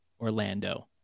Orlando